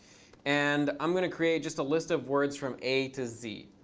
and i'm going to create just a list of words from a to z